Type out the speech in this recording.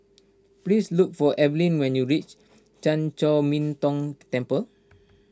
please look for Evalyn when you reach Chan Chor Min Tong Temple